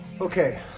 okay